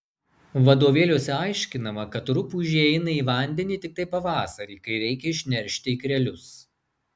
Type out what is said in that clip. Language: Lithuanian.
vadovėliuose aiškinama kad rupūžė eina į vandenį tiktai pavasarį kai reikia išneršti ikrelius